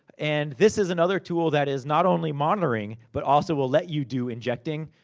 and this is another tool that is not only monitoring, but also will let you do injecting.